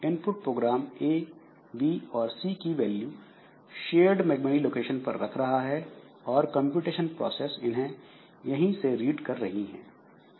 input program A B और C की value shared memory location पर रख रहा है और कंप्यूटेशन प्रोसेस इनहैं यहीं से रीड कर रही है